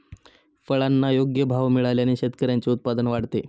फळांना योग्य भाव मिळाल्याने शेतकऱ्यांचे उत्पन्न वाढते